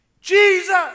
Jesus